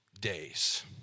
days